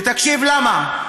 תקשיב למה,